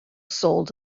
sold